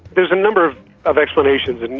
there's a number of explanations, and